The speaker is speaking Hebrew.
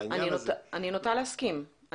אני נוטה להסכים,